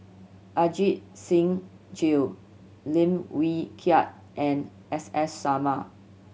Ajit Singh Gill Lim Wee Kiak and S S Sarma